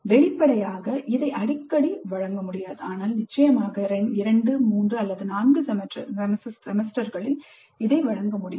வெளிப்படையாக இதை அடிக்கடி வழங்க முடியாது ஆனால் நிச்சயமாக 2 3 4 செமஸ்டர்களில் இதை வழங்க முடியும்